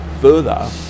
Further